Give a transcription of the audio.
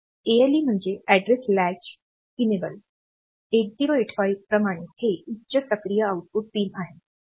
ALE म्हणजे address latch सक्षम 8085 प्रमाणे हे उच्च सक्रिय आऊटपुट पिन आहे